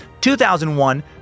2001